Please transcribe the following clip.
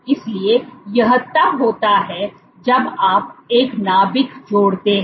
इसलिए यह तब होता है जब आप एक नाभिक जोड़ते हैं